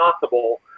possible